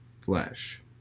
flesh